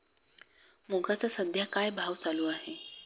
मुगाचा सध्या काय भाव चालू आहे?